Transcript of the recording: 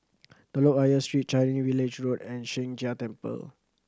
Telok Ayer Street Changi Village Road and Sheng Jia Temple